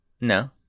No